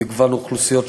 למגוון אוכלוסיות,